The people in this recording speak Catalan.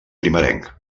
primerenc